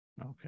Okay